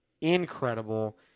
incredible